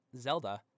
Zelda